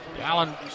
Allen